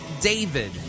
David